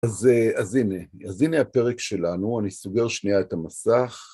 אז... אז הנה. אז הנה הפרק שלנו, אני סוגר שנייה את המסך.